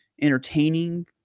entertaining